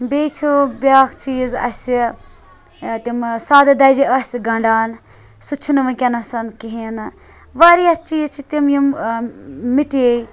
بیٚیہِ چھُ بیاکھ چیٖز اَسہِ تِم سادٕ دَجہِ آسہ گَنڈان سُہ چھُ نہٕ وِنکیٚنَس کِہیٖنۍ نہٕ واریاہ چیٖز چھِ تِم یِم مِٹے